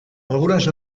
algunes